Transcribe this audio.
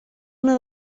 una